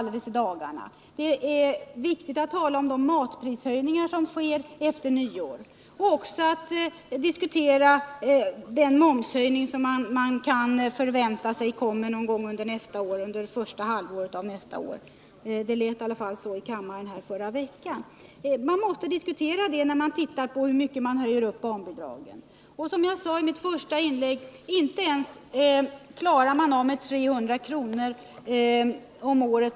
Det är då viktigt att tala om de matprishöjningar som sker efter nyår och att diskutera den momshöjning som man kan vänta någon gång under första halvåret 1980 — det lät i alla fall så här i kammaren i förra veckan. Man måste titta på allt detta när man tar ställning till frågan om höjning av barnbidragen. Som jag sade i mitt första inlägg räcker 300 kr.